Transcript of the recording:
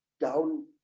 down